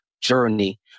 journey